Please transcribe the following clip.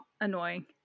Annoying